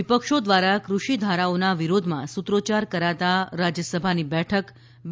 વિપક્ષો દ્વારા કૃષિધારાઓના વિરોધમાં સૂત્રોચ્યાર કરાતાં રાજ્યસભાની બેઠક બે